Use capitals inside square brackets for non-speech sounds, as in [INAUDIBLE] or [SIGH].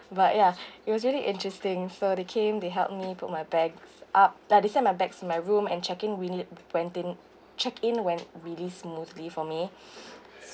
but ya it was really interesting so they came they helped me put my bags up that they set my bags in my room and check in really when in check in went really smoothly for me [BREATH]